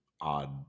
odd